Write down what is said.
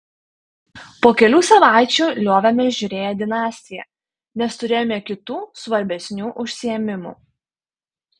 po kelių savaičių liovėmės žiūrėję dinastiją nes turėjome kitų svarbesnių užsiėmimų